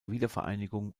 wiedervereinigung